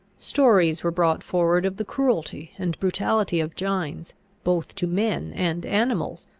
stories were brought forward of the cruelty and brutality of gines both to men and animals,